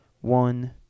one